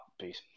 Peace